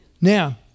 Now